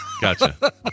gotcha